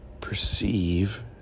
perceive